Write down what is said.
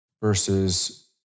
versus